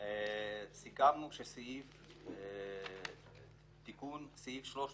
סיכמנו שתיקון סעיף 300,